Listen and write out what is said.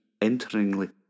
enteringly